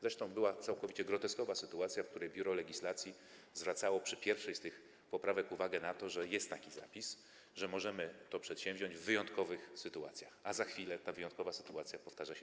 Zresztą całkowicie groteskowa była sytuacja, w której Biuro Legislacyjne zwracało przy pierwszej z tych poprawek uwagę na to, że jest taki zapis, że możemy to przedsięwziąć w wyjątkowych sytuacjach, a za chwilę ta wyjątkowa sytuacja się powtarzała.